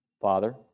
Father